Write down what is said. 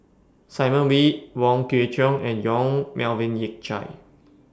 Simon Wee Wong Kwei Cheong and Yong Melvin Yik Chye